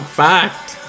fact